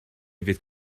fydd